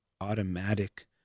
automatic